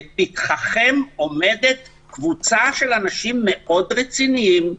לפתחכם עומדת קבוצה של אנשים מאוד רציניים,